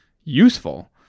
useful